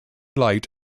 light